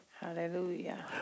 Hallelujah